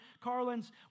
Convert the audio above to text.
Carlins